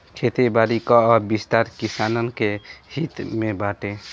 खेती बारी कअ विस्तार किसानन के हित में बाटे